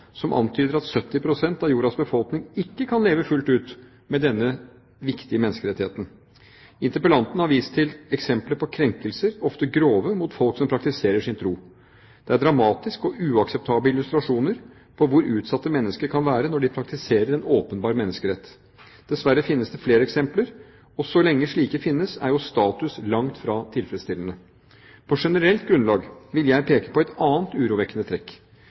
som antyder at 70 pst. av jordens befolkning ikke kan leve fullt ut med denne viktige menneskerettigheten. Interpellanten har vist til eksempler på krenkelser, ofte grove, mot folk som praktiserer sin tro. Det er dramatiske og uakseptable illustrasjoner på hvor utsatte mennesker kan være når de praktiserer en åpenbar menneskerett. Dessverre finnes det flere eksempler, og så lenge slike finnes, er jo status langt fra tilfredsstillende. På generelt grunnlag vil jeg peke på et annet urovekkende trekk,